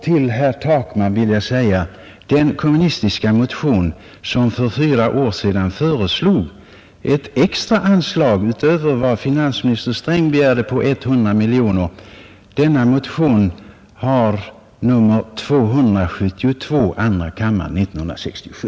Till herr Takman vill jag säga att den kommunistiska motion vari för fyra år sedan föreslogs ett extra anslag utöver vad finansminister Sträng begärde, på 100 miljoner kronor har nr II: 272 år 1967.